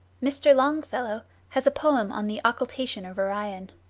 mr. longfellow has a poem on the occultation of orion.